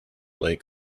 lake